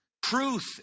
truth